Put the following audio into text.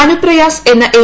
അനുപ്രയാസ് എന്ന എൻ